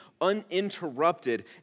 uninterrupted